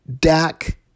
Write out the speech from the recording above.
Dak